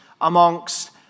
amongst